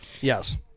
Yes